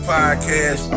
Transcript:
Podcast